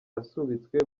yasubitswe